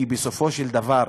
כי בסופו של דבר,